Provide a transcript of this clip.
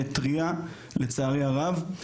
טרייה לצערי הרב,